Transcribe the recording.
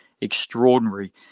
extraordinary